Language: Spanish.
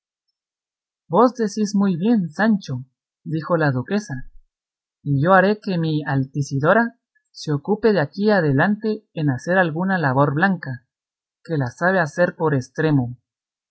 vos decís muy bien sancho dijo la duquesa y yo haré que mi altisidora se ocupe de aquí adelante en hacer alguna labor blanca que la sabe hacer por estremo